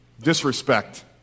disrespect